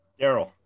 Daryl